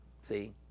See